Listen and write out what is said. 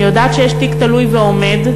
אני יודעת שיש תיק תלוי ועומד.